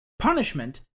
Punishment